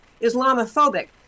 Islamophobic